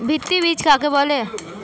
ভিত্তি বীজ কাকে বলে?